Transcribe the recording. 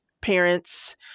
parents